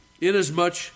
inasmuch